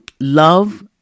love